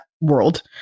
world